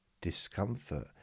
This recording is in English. discomfort